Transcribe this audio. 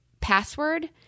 password